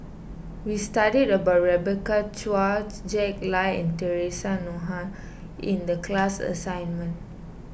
we studied about Rebecca Chua Jack Lai and theresa Noronha in the class assignment